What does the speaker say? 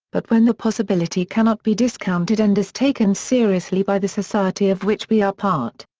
but when the possibility cannot be discounted and is taken seriously by the society of which we are part.